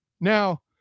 Now